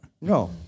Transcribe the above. No